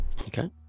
Okay